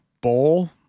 bowl